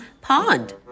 Pond